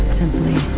simply